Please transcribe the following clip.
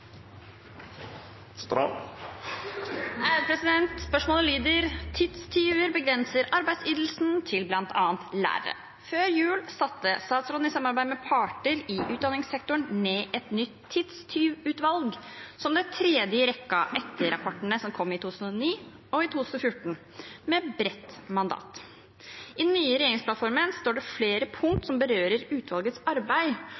Spørsmålet lyder: «Tidstyver begrenser arbeidsytelsen til bl.a. lærere. Før jul satte statsråden i samarbeid med parter i utdanningssektoren ned et nytt tidstyvutvalg, som det tredje i rekka etter rapportene som kom i 2009 og 2014, med bredt mandat. I den nye regjeringsplattformen står det flere punkt som berører utvalgets arbeid,